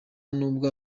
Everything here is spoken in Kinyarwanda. n’ubwo